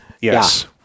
Yes